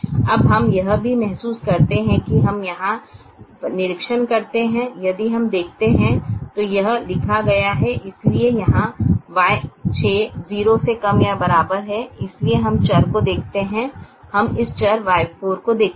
अब हम यह भी महसूस करते हैं कि हम हम यहाँ निरीक्षण करते हैं यदि हम देखते हैं तो यह लिखा गया है इसलिए यहाँ Y6 0 से कम या बराबर है इसलिए हम चर को देखते हैं हम इस चर Y4 को देखते हैं